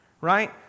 Right